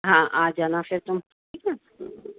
ہاں آ جانا پھر تم ٹھیک ہے